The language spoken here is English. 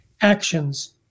actions